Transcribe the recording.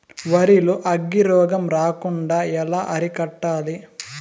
వరి లో అగ్గి రోగం రాకుండా ఎలా అరికట్టాలి?